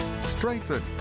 strengthen